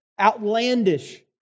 outlandish